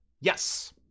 Yes